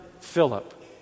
Philip